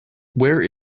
where